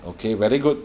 okay very good